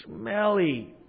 smelly